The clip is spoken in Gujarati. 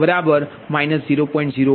પછી ∆20 0